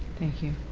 thank you.